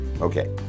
Okay